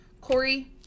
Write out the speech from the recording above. Corey